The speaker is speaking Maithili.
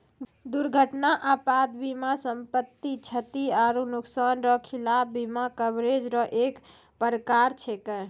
दुर्घटना आपात बीमा सम्पति, क्षति आरो नुकसान रो खिलाफ बीमा कवरेज रो एक परकार छैकै